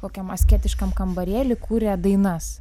kokiam asketiškam kambarėly kuria dainas